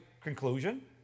Conclusion